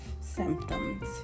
symptoms